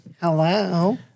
Hello